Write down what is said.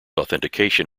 authentication